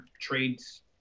trades